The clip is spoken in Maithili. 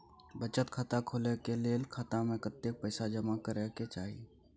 बचत खाता खोले के लेल खाता में कतेक पैसा जमा करे के चाही?